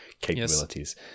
capabilities